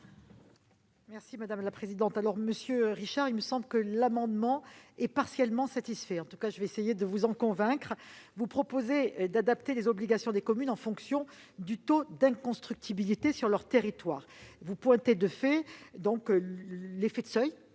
des affaires économiques ? Monsieur Richard, il me semble que cet amendement est partiellement satisfait. Je vais essayer de vous en convaincre. Vous proposez d'adapter les obligations des communes en fonction du taux d'inconstructibilité sur leur territoire et vous pointez l'effet de seuil